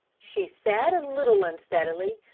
she said a little unsteadily.